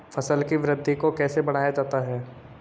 फसल की वृद्धि को कैसे बढ़ाया जाता हैं?